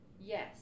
Yes